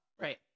Right